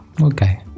Okay